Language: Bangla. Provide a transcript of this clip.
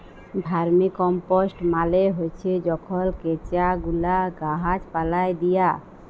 ভার্মিকম্পস্ট মালে হছে যখল কেঁচা গুলা গাহাচ পালায় দিয়া